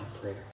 prayer